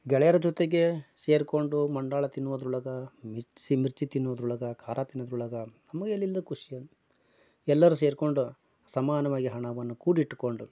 ಗೆಳೆಯರ ಜೊತೆಗೆ ಸೇರ್ಕೊಂಡು ಮಂಡಾಳು ತಿನ್ನುವುದರೊಳಗ ಮಿರ್ಚಿ ಮಿರ್ಚಿ ತಿನ್ನುವುದರೊಳಗ ಖಾರ ತಿನ್ನುವುದರೊಳಗ ನಮಗೆ ಎಲ್ಲಿಲ್ಲದ ಖುಷಿ ಅಂತ ಎಲ್ಲರೂ ಸೇರ್ಕೊಂಡು ಸಮಾನವಾಗಿ ಹಣವನ್ನು ಕೂಡಿಟ್ಟುಕೊಂಡು